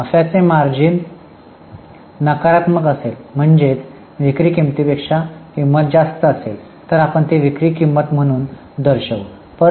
समजा नफ्याचे मार्जिन नकारात्मक असेल म्हणजेच विक्री किंमतीपेक्षा किंमत जास्त असेल तर आपण ती विक्री किंमत म्हणून दर्शवू